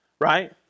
right